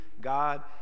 God